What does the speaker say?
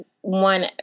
one